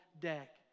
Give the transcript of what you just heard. deck